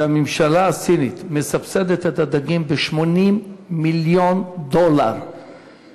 שהממשלה הסינית מסבסדת את הדגים ב-80 מיליון דולר,